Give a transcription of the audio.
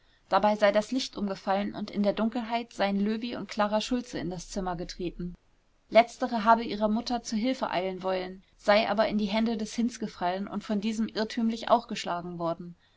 dabei sei das licht umgefallen und in der dunkelheit seien löwy und klara schultze in das zimmer getreten letztere habe ihrer mutter zu hilfe eilen wollen sei aber in die hände des hinz gefallen und von diesem irrtümlich auch geschlagen worden